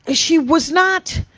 ah she was not,